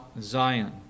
Zion